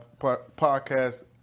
podcast